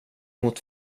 mot